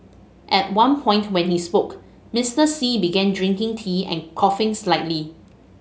at one point when he spoke Mister Xi began drinking tea and coughing slightly